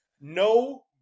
No